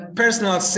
personal